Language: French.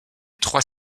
trois